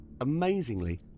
Amazingly